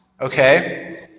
okay